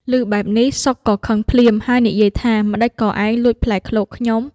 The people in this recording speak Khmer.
ឮបែបនេះ សុខក៏ខឹងភ្លាម ហើយនិយាយថា “ម្តេចក៏ឯងលួចផ្លែឃ្លោកខ្ញុំ?”។